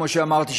כמו שאמרתי,